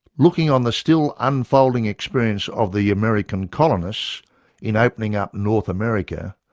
looking on the still unfolding experience of the american colonists in opening up north america,